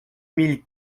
mille